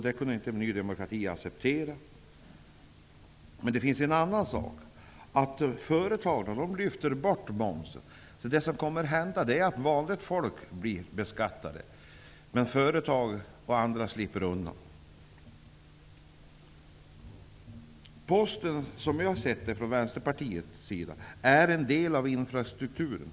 Det kunde inte Ny demokrati acceptera. Men det finns en annan aspekt. Företagarna lyfter bort momsen. Det som kommer att hända är att vanligt folk blir beskattade, men företag och andra slipper undan. Vänsterpartiet anser att Posten är en del av infrastrukturen.